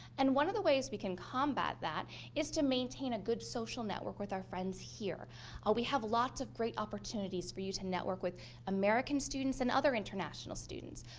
and one of the ways we can combat that is to maintain a good social network with our friends here, and ah we have lots of great opportunities for you to network with american students and other international students.